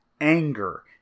anger